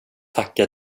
tacka